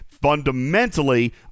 fundamentally